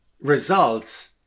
results